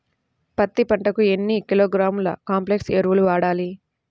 పత్తి పంటకు ఎన్ని కిలోగ్రాముల కాంప్లెక్స్ ఎరువులు వాడాలి?